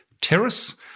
terrace